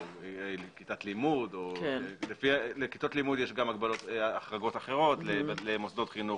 לכיתות לימוד יש החרגות אחרות, למוסדות חינוך,